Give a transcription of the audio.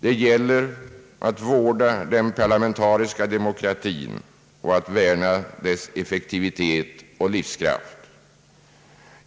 Det gäller att vårda den parlamentariska demokratin och att värna om dess effektivitet och livskraft.